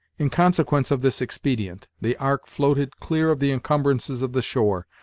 in consequence of this expedient, the ark floated clear of the incumbrances of the shore,